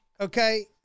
okay